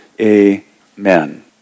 Amen